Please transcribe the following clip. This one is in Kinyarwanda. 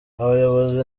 abayobozi